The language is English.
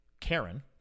Karen